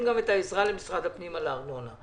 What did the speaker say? גם את העזרה למשרד הפנים לגבי הארנונה.